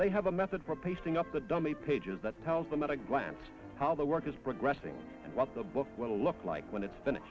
they have a method for pasting up the dummy pages that tells them at a glance how the work is progressing and what the book will look like when it's been